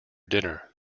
dinner